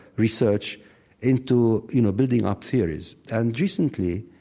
research into, you know, building up theories. and recently,